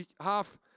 half